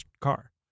car